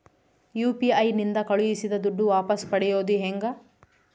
UPI ನಿಂದ ಕಳುಹಿಸಿದ ದುಡ್ಡು ವಾಪಸ್ ಪಡೆಯೋದು ಹೆಂಗ?